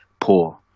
poor